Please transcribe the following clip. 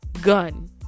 Gun